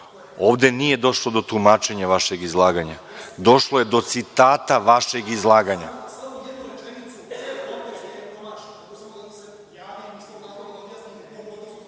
Ovde nije došlo do tumačenja vašeg izlaganja, došlo je do citata vašeg izlaganja.(Balša